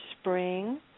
spring